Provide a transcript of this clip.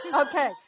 okay